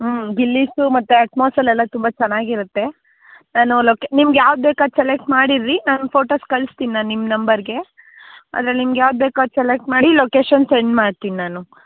ಹ್ಞೂ ಮತ್ತು ಅಟ್ಮೋಸಲ್ಲೆಲ್ಲ ತುಂಬ ಚೆನ್ನಾಗಿರುತ್ತೆ ನಾನು ಲೋಕೆ ನಿಮಗೆ ಯಾವುದು ಬೇಕೋ ಅದು ಸೆಲೆಕ್ಟ್ ಮಾಡಿರ್ರೀ ನಾನು ಫೋಟೋಸ್ ಕಳಿಸ್ತೀನಿ ನಾನು ನಿಮ್ಮ ನಂಬರ್ಗೆ ಅದರಲ್ಲಿ ನಿಮಗೆ ಯಾವುದು ಬೇಕೋ ಅದು ಸೆಲೆಕ್ಟ್ ಮಾಡಿ ಲೊಕೇಶನ್ ಸೆಂಡ್ ಮಾಡ್ತೀನಿ ನಾನು